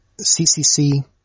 CCC